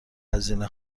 هزینه